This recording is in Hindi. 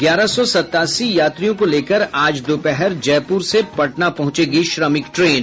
ग्यारह सौ सतासी यात्रियों को लेकर आज दोपहर जयपुर से पटना पहुंचेगी श्रमिक ट्रेन